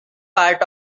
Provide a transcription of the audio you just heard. part